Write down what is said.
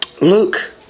Luke